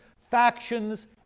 factions